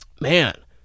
man